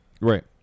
Right